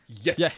Yes